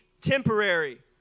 temporary